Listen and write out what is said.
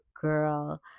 girl